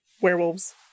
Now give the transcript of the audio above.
werewolves